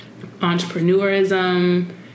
entrepreneurism